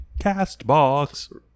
Castbox